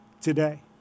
today